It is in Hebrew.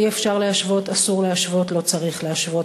אי-אפשר להשוות, אסור להשוות, לא צריך להשוות.